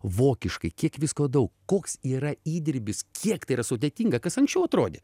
vokiškai kiek visko daug koks yra įdirbis kiek tai yra sudėtinga kas anksčiau atrodė